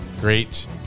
Great